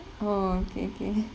orh okay okay